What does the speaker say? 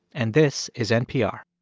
and this is npr